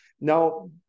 now